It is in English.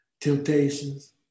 Temptations